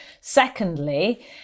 Secondly